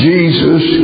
Jesus